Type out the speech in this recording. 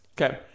Okay